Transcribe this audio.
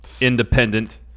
independent